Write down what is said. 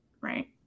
Right